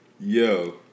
Yo